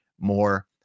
more